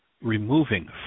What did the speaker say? removing